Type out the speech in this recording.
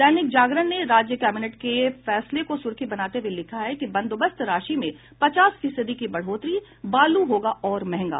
दैनिक जागरण ने राज्य कैबिनेट की फैसले को सुर्खी बनाते हुये लिखा है बंदोबस्त राशि में पचास फीसदी की बढ़ोतरी बालू होगा और महंगा